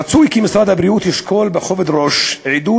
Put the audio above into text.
רצוי כי משרד הבריאות ישקול בכובד ראש עידוד